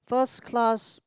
first class